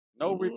No